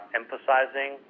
emphasizing